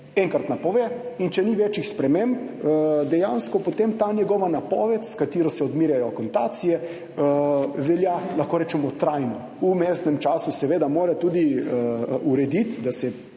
enkrat napove in če ni večjih sprememb, dejansko velja potem ta njegova napoved, s katero se odmerjajo akontacije, lahko rečemo trajno. V vmesnem času mora seveda urediti, da se